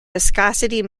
viscosity